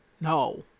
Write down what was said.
no